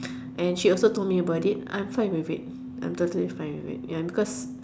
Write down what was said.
and she also told me about it I'm fine with it I'm totally fine with it ya because